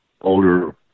older